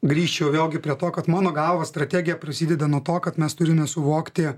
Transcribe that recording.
grįžčiau vėlgi prie to kad mano galva strategija prasideda nuo to kad mes turime suvokti